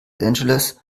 angeles